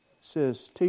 says